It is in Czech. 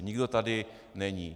Nikdo tady není.